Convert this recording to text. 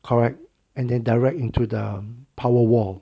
correct and then direct into the power wall